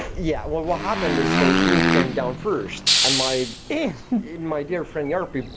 yeah. well what happened is the roof came down first and my my dear friend jarppi,